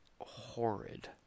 horrid